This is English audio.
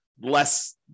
less